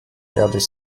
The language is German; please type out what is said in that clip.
ehrlich